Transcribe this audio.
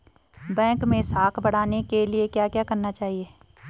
Bank मैं साख बढ़ाने के लिए क्या क्या करना चाहिए?